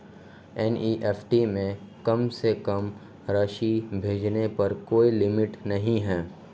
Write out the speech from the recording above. NEFT में कम से कम राशि भेजने पर कोई लिमिट नहीं है